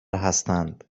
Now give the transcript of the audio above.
هستند